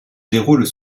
déroulent